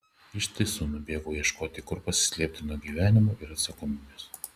iš tiesų nubėgau ieškoti kur pasislėpti nuo gyvenimo ir atsakomybės